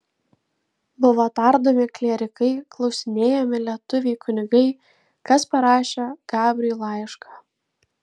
buvo tardomi klierikai klausinėjami lietuviai kunigai kas parašė gabriui laišką